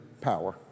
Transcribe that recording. power